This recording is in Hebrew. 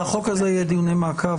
על החוק הזה יהיו דיוני מעקב.